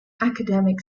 academic